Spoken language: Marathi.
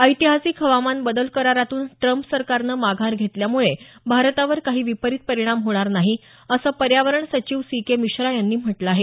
ऐतिहासिक हवामान बदल करारातून ट्म्प सरकारनं माघार घेतल्यामुळे भारतावर काही विपरीत परिणाम होणार नाही असं पर्यावरण सचिव सी के मिश्रा यांनी म्हटलं आहे